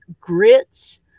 grits